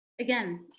Again